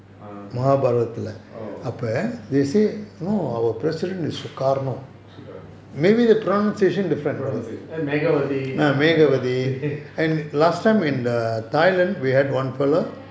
oh sukarno pronounciation eh megawati